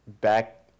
back